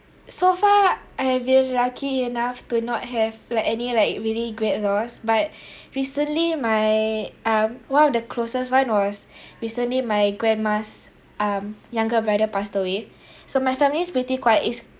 so far I have been lucky enough to not have like any like really great loss but recently my um one of the closest one was recently my grandma's um younger brother passed away so my family's pretty quite is